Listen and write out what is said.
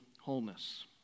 wholeness